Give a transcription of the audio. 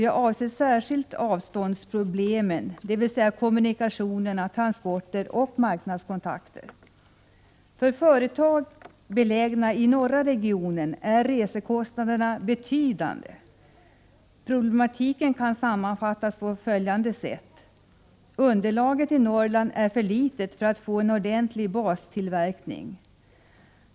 Jag avser särskilt avståndsproblemen, dvs. kommunikationer, transporter och marknadskontakter. För företag belägna i norra regionen är resekostnaderna betydande. Problematiken kan sammanfattas på följande sätt: Underlaget i Norrland är för litet för att man där skall kunna få en ordentlig bastillverkning.